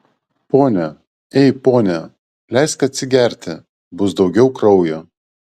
pone ei pone leisk atsigerti bus daugiau kraujo